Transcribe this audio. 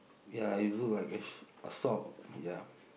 ya it look like a a sock ya